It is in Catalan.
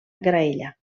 graella